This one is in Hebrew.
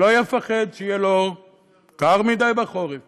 שלא יפחד שיהיה לו קר מדי בחורף